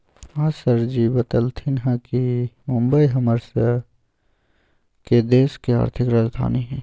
आज सरजी बतलथिन ह कि मुंबई हम्मर स के देश के आर्थिक राजधानी हई